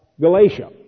Galatia